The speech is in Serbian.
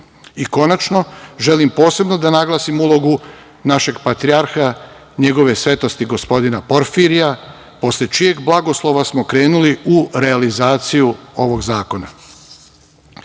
zakona. Konačno želim posebno da naglasim ulogu našeg Patrijarha Njegove svetosti gospodina Porfirija, posle čijeg blagoslova smo krenuli u realizaciju ovog zakona. Sveti